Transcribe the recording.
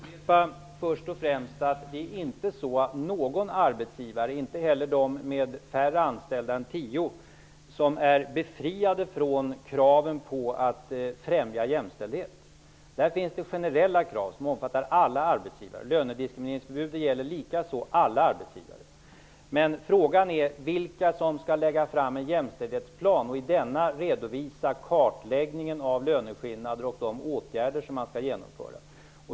Herr talman! Låt mig upprepa att det inte är någon arbetsgivare, inte heller de med färre än tio anställda, som är befriade från kraven på att främja jämställdhet. Det finns generella krav som omfattar alla arbetsgivare. Lönediskrimineringsförbudet gäller likaså alla arbetsgivare. Men frågan är vilka som skall lägga fram en jämställdhetsplan och i denna redovisa kartläggningen av löneskillnader och de åtgärder som skall vidtas.